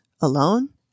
alone